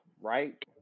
right